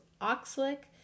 oxalic